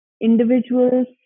individuals